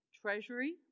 treasury